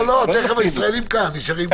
הישראלים נשארים כאן.